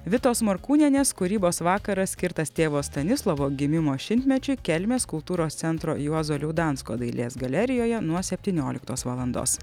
vitos morkūnienės kūrybos vakaras skirtas tėvo stanislovo gimimo šimtmečiui kelmės kultūros centro juozo liaudansko dailės galerijoje nuo septynioliktos valandos